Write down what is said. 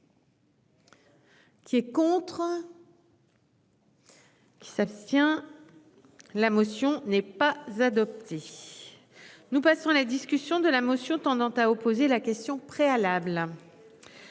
Qui est contre. Qui s'abstient. La motion n'est pas adopté. Nous passons la discussion de la motion tendant à opposer la question préalable.